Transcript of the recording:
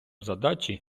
задачі